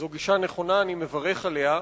זאת גישה נכונה, ואני מברך עליה.